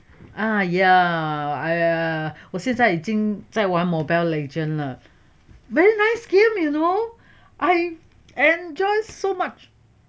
ah ya I err 我现在已经在玩 mobile legend 了 very nice game you know I enjoy so much